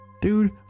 dude